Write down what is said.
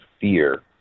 fear